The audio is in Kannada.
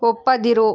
ಒಪ್ಪದಿರು